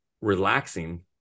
relaxing